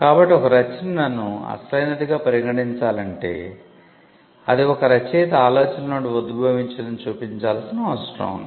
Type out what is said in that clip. కాబట్టి ఒక రచనను అసలైనదిగా పరిగణించాలంటే అది ఒక రచయిత ఆలోచనల నుండి ఉద్భవించింది అని చూపించాల్సిన అవసరం ఉంది